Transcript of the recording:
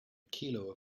kilo